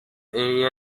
area